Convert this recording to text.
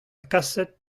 kaset